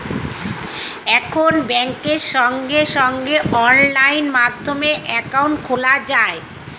এখন ব্যাংকে সঙ্গে সঙ্গে অনলাইন মাধ্যমে অ্যাকাউন্ট খোলা যায়